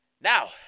Now